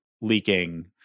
leaking